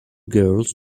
girls